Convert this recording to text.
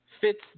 fits